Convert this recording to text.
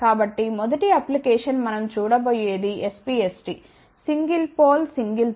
కాబట్టి మొదటి అప్లికేషన్ మనం చూడబోయేది SPST single pole single throw